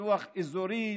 פיתוח אזורי,